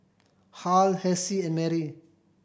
Harl Hessie and Marie